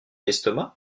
l’estomac